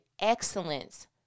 excellence